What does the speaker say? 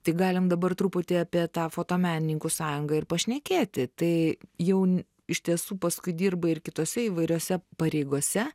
tai galim dabar truputį apie tą fotomenininkų sąjungą ir pašnekėti tai jau iš tiesų paskui dirbai ir kitose įvairiose pareigose